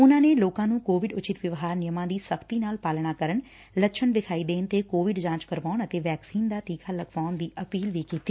ਉਨਾ ਨੇ ਲੋਕਾ ਨੂੰ ਕੋਵਿਡ ਉਚਿਤ ਵਿਵਹਾਰ ਨਿਯਮਾ ਦੀ ਸਖ਼ਤੀ ਨਾਲ ਪਾਲਣਾ ਕਰਨ ਲੱਛਣ ਵਿਖਾਈ ਦੇਣ ਤੇ ਕੋਵਿਡ ਜਾਂਚ ਕਰਾਉਣ ਅਤੇ ਵੈਕਸੀਨ ਦਾ ਟੀਕਾ ਲਗਵਾਉਣ ਦੀ ਅਪੀਲ ਵੀ ਕੀਤੀ